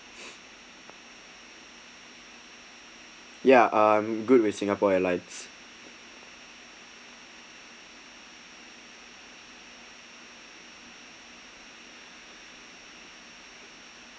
yeah I'm good with singapore airlines